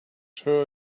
her